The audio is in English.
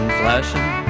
flashing